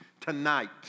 tonight